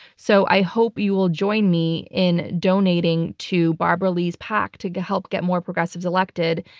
so i hope you will join me in donating to barbara lee's pac to help get more progressives elected.